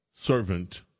Servant